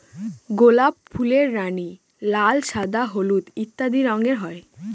গোলাপ ফুলের রানী, লাল, সাদা, হলুদ ইত্যাদি রঙের হয়